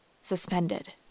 Suspended